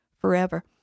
forever